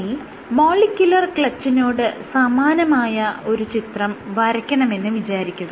ഇനി മോളിക്യുലർ ക്ലച്ചിനോട് സമാനമായ ഒരു ചിത്രം വരയ്ക്കണമെന്ന് വിചാരിക്കുക